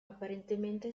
apparentemente